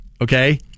okay